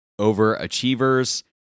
overachievers